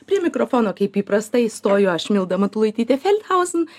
prie mikrofono kaip įprastai stoju aš milda matulaitytė felchauzen